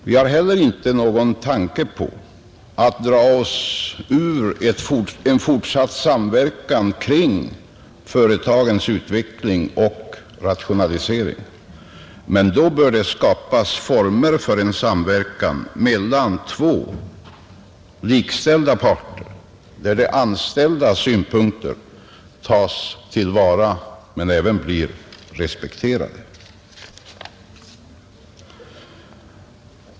Vi har heller inte någon tanke på att dra oss ur en fortsatt samverkan kring företagens utveckling och rationalisering. Men då bör det skapas former för en samverkan mellan två likställda parter, där de anställdas synpunkter tas till vara och blir respekterade.